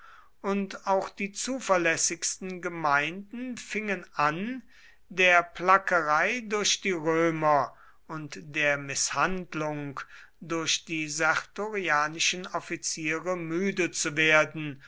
und auch die zuverlässigsten gemeinden fingen an der plackerei durch die römer und der mißhandlung durch die sertorianischen offiziere müde zu werden